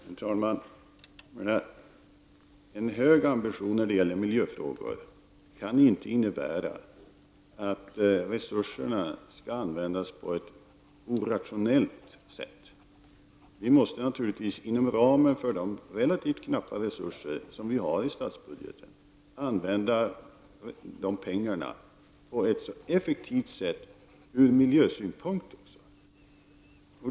Herr talman! En hög ambition när det gäller miljöfrågorna kan inte innebära att resurserna skall användas på ett orationellt sätt. Naturligtvis måste vi inom ramen för de relativt knappa resurser som finns i statsbudgeten använda pengarna mycket effektivt, också ur miljösynpunkt.